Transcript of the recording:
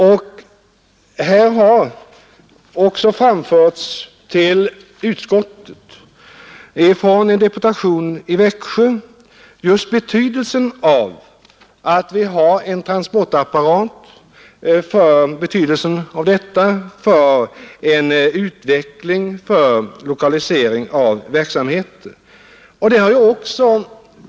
En deputation från Växjö har också till utskottet framfört just betydelsen av en transportapparat för lokalisering av verksamheter.